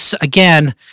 again